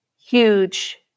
huge